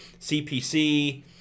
CPC